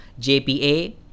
JPA